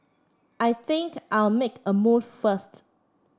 I think I'll make a move first